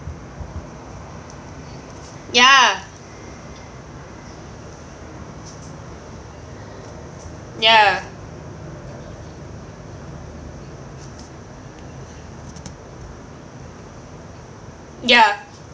ya ya ya